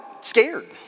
scared